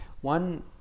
one